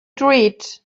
treat